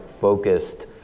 focused